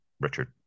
Richard